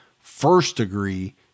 first-degree